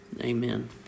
amen